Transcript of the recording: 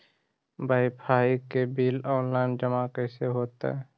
Wifi के bill online जमा कैसे होतै?